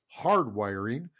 hardwiring